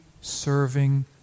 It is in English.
serving